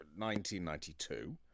1992